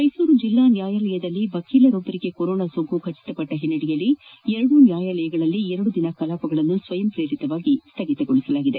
ಮೈಸೂರು ಜಿಲ್ಲಾ ನ್ಯಾಯಾಲಯದಲ್ಲಿ ವಕೀಲರೊಬ್ಬರಿಗೆ ಕೊರೋನಾ ಸೋಂಕು ದೃಢಪಟ್ಟಿರುವ ಹಿನ್ನೆಲೆಯಲ್ಲಿ ಎರಡೂ ನ್ಯಾಯಾಲಯಗಳಲ್ಲಿ ಎರಡು ದಿನ ಕಲಾಪಗಳನ್ನು ಸ್ವಯಂ ಪ್ರೇರಿತವಾಗಿ ಬಂದ್ ಮಾಡಲಾಗಿದೆ